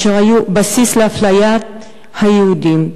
אשר היו בסיס לאפליית היהודים,